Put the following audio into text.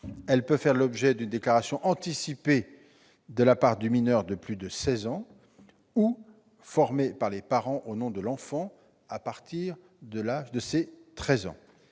Elle peut faire l'objet d'une déclaration anticipée de la part du mineur de plus de seize ans, ou formée par les parents au nom de l'enfant à partir de ses treize ans.